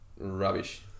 rubbish